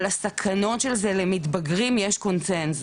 על הסכנות של זה למתבגרים יש קונצנזוס.